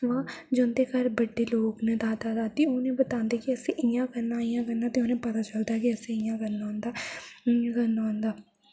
जूंदे घर बड़े लोक न दादा दादी ओह् उनेंई बतादे कि असे इ'यां करना इ'यां करना ते उनेंई पता चलदा कि असेई इ'यां करना होंदा इ'यां करना होंदा